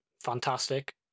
fantastic